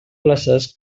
places